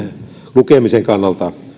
lukemisen kannalta